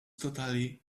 totally